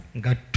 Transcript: God